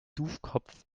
duschkopf